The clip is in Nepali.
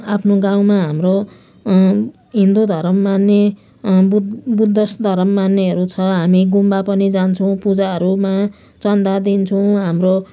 आफ्नो गाउँमा हाम्रो हिन्दू धर्म मान्ने बुध बुद्धिस्ट धर्म मान्नेहरू छ हामी गुम्बा पनि जान्छौँ पूजाहरूमा चन्दा दिन्छौँ हाम्रो